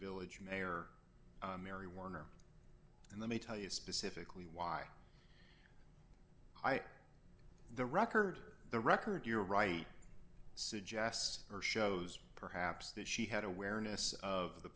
village mayor mary warner and then they tell you specifically why i the record the record you're right suggests or shows perhaps that she had awareness of the